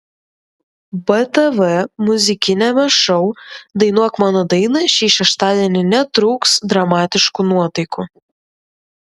btv muzikiniame šou dainuok mano dainą šį šeštadienį netrūks dramatiškų nuotaikų